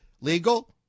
legal